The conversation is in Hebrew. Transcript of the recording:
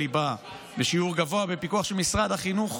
ליבה בשיעור גבוה בפיקוח של משרד החינוך,